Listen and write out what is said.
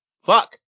Fuck